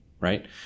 right